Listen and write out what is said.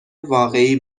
واقعی